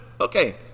okay